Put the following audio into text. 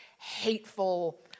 hateful